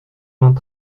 vingt